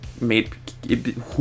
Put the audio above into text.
made